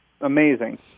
amazing